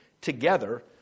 together